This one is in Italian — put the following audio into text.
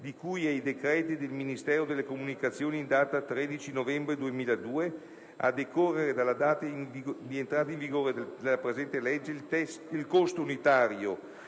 di cui ai decreti del Ministro delle comunicazioni in data 13 novembre 2002, a decorrere dalla data di entrata in vigore della presente legge, il costo unitario